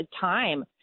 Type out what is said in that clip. time